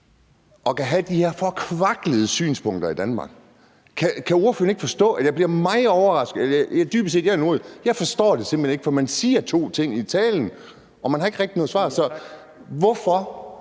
at kunne have de her forkvaklede synspunkter i Danmark. Kan ordføreren ikke forstå, at jeg bliver meget overrasket? Jeg er nordjyde, og jeg forstår det simpelt hen ikke, for man siger to ting i talen, og man har ikke rigtig noget svar. Hvorfor